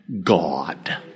God